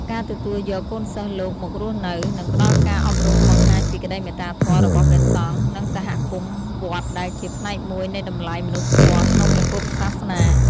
ការទទួលយកកូនសិស្សលោកមករស់នៅ និងផ្ដល់ការអប់រំបង្ហាញពីក្ដីមេត្តាធម៌របស់ព្រះសង្ឃ និងសហគមន៍វត្ត ដែលជាផ្នែកមួយនៃតម្លៃមនុស្សធម៌ក្នុងព្រះពុទ្ធសាសនា។